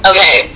Okay